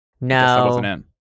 no